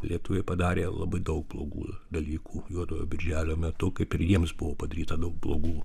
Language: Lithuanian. lietuviai padarė labai daug blogų dalykų juodojo birželio metu kaip ir jiems buvo padaryta daug blogų